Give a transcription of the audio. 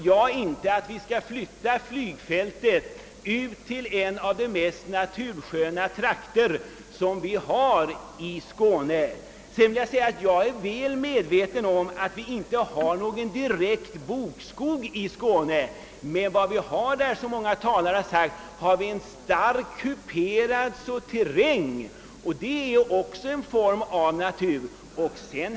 Jag anser inte att frågan kan avgöras förrän Saltholms-projektet har slutbehandlats. Jag är väl medveten om att det inte finns någon bokskog i Sturup, men vad vi har där är, som många talare påpekat, en starkt kuperad terräng, och det är också ett naturskönt område.